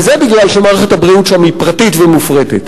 וזה בגלל שמערכת הבריאות שם היא פרטית ומופרטת.